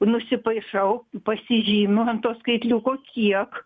nusipaišau pasižymiu ant to skaitliuko kiek